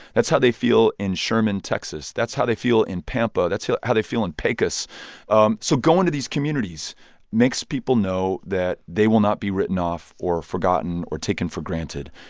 that's how they feel in sherman, texas. that's how they feel in pampa. that's how they feel in pecos um so going to these communities makes people know that they will not be written off or forgotten or taken for granted.